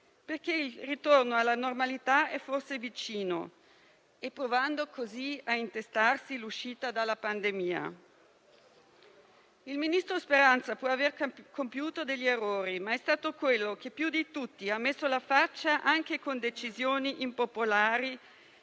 perché il ritorno alla normalità è forse vicino, provando così a intestarsi l'uscita dalla pandemia. Il ministro Speranza può aver compiuto degli errori, ma è stato quello che più di tutti ha messo la faccia anche con decisioni impopolari,